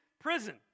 prison